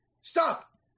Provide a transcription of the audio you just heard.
Stop